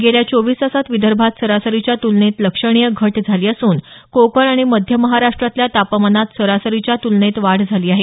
गेल्या चोविस तासात विदर्भात सरासरीच्या तुलनेत लक्षणीय घट झाली असून कोकण आणि मध्य महाराष्ट्रातल्या तापमानात सरासरीच्या तुलनेत वाढ झाली आहे